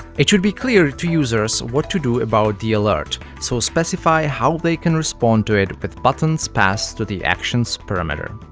it should be clear to users what to do about the alert, so specify how they can respond to it with buttons past to the actions parameter.